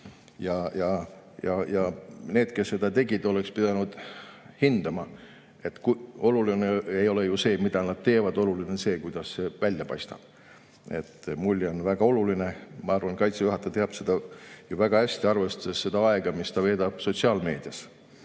ja need, kes seda tegid, oleks pidanud hindama, et oluline ei ole ju see, mida nad teevad, oluline on see, kuidas see välja paistab. Mulje on väga oluline. Ma arvan, Kaitseväe juhataja teab seda väga hästi, arvestades seda aega, mis ta veedab sotsiaalmeedias.